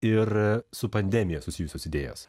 ir su pandemija susijusios idėjos